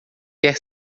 quer